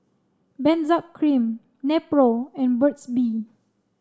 Benzac Cream Nepro and Burt's Bee